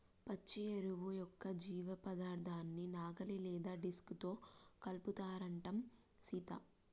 పచ్చి ఎరువు యొక్క జీవపదార్థాన్ని నాగలి లేదా డిస్క్ తో కలుపుతారంటం సీత